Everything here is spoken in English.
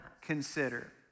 Consider